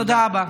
תודה רבה.